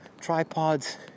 tripods